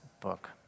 book